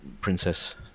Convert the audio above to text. Princess